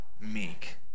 meek